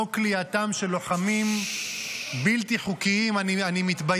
כליאתם של לוחמים בלתי חוקיים (תיקון מס'